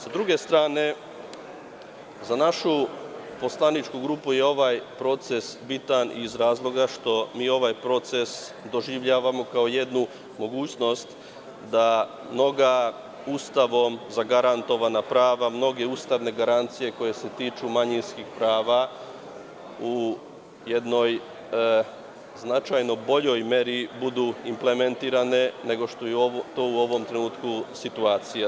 Sa druge strane za našu poslaničku grupu je ovaj proces bitan iz razloga što mi ovaj proces doživljavamo kao jednu mogućnost da mnoga Ustavom zagarantovana prava mnoge ustavne garancije koje se tiču manjinskih prava u jednoj značajno boljoj meri budu implementirane nego što je to u ovom trenutku situacija.